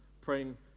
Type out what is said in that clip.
praying